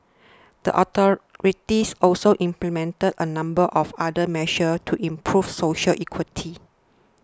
the authorities also implemented a number of other measures to improve social equity